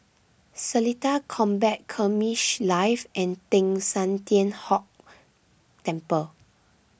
Seletar Combat Skirmish Live and Teng San Tian Hock Temple